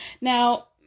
Now